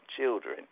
children